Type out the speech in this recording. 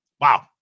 Wow